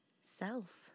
self